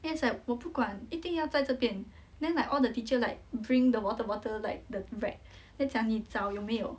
then it's like 我不管一定要在这边 then like all the teacher like bring the water bottle like the rack then 讲你找有没有